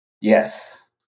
Yes